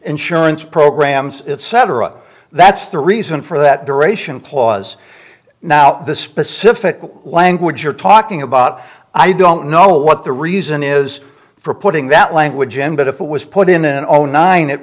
insurance programs etc that's the reason for that duration clause now the specific language you're talking about i don't know what the reason is for putting that language him but if it was put in an o nine it